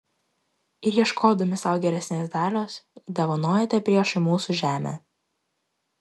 ir ieškodami sau geresnės dalios dovanojote priešui mūsų žemę